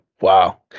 wow